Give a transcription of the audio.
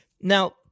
Now